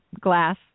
Glass